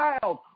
child